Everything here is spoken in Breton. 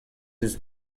deus